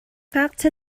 ngakchia